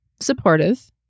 supportive